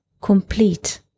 complete